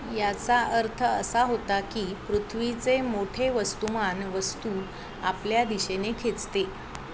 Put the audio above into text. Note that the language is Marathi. याचा अर्थ असा होता की पृथ्वीचे मोठे वस्तुमान वस्तू आपल्या दिशेने खेचते